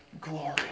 glory